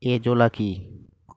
Azolla কি?